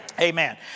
Amen